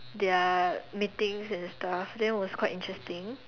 their meetings and stuff then was quite interesting